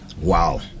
Wow